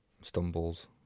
stumbles